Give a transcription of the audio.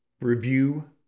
review